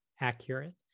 accurate